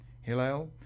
Hillel